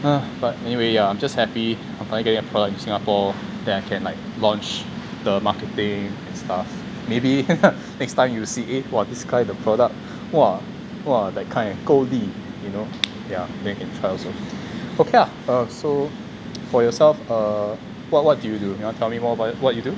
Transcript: uh but anyway yeah I'm just happy of finally getting employed into singapore then I can like launch the marketing and stuff maybe next time you see eh !wah! eh this guy the product !wah! !wah! that kind 够力 you know yeah then you can try also okay lah so for yourself err what what do you do you want to tell me more about what you do